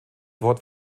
wort